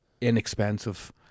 inexpensive